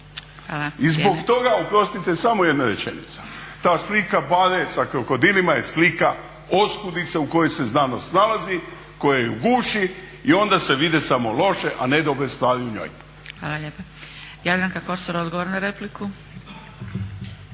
(Nezavisni)** Oprostite samo još jedna rečenica. I zbog toga ta slika bare sa krokodilima je slika oskudice u kojoj se znanost nalazi, koja ju guši i onda se vide samo loše a ne dobre stvari u njoj. **Zgrebec, Dragica (SDP)** Hvala lijepa. Jadranka Kosor odgovor na repliku.